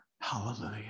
Hallelujah